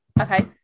Okay